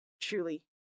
Truly